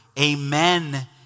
Amen